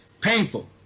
Painful